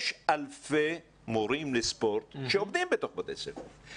יש אלפי מורים לספורט שעובדים בתוך בתי ספר.